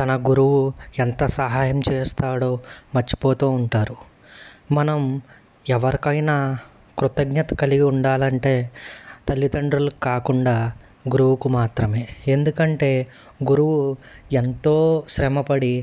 తన గురువు ఎంత సహాయం చేస్తాడో మర్చిపోతూ ఉంటారు మనం ఎవరికైనా కృతజ్ఞత కలిగి ఉండాలంటే తల్లిదండ్రుల కాకుండా గురువుకు మాత్రమే ఎందుకంటే గురువు ఎంతో శ్రమపడి